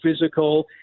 physical